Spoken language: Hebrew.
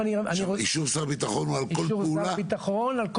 אישור שר על כל